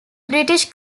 british